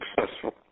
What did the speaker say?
successful